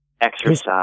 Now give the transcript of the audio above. Exercise